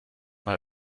mal